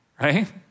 right